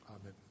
Amen